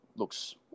Looks